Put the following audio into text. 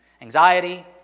Anxiety